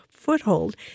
foothold